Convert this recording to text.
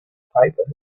paper